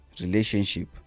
relationship